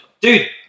Dude